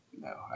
No